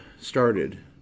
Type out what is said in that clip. started